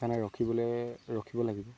সেইকাৰণে ৰখিবলে ৰখিব লাগিব